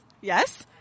Yes